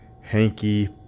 Hanky